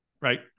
right